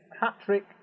hat-trick